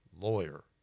lawyer